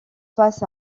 face